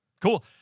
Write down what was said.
Cool